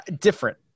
different